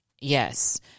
Yes